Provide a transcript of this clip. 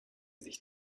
sich